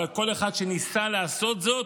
אבל כל אחד שניסה לעשות זאת,